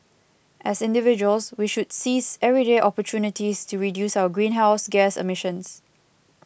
as individuals we should seize everyday opportunities to reduce our greenhouse gas emissions